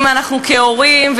אם אנחנו כהורים,